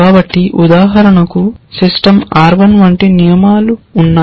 కాబట్టి ఉదాహరణకు system R1 వంటి నియమాలు ఉన్నాయి